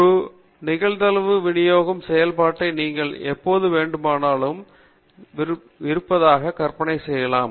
ஒரு நிகழ்தகவு விநியோகம் செயல்பாட்டை நீங்கள் எப்போது வேண்டுமானாலும் நிகழ்தகவு விநியோகம் இருப்பதாக கற்பனை செய்யலாம்